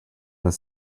this